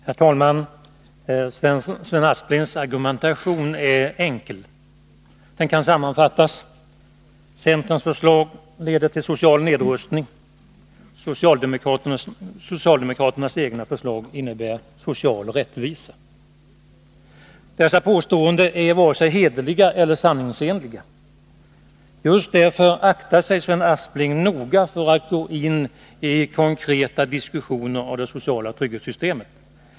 Herr talman! Sven Asplings argumentation är enkel. Den kan sammanfattas så här: Centerns förslag leder till social nedrustning, socialdemokraternas egna förslag innebär social rättvisa. Dessa påståenden är vare sig hederliga eller sanningsenliga. Just därför aktar sig Sven Aspling noga för att gå in i konkreta diskussioner av det sociala trygghetssystemet.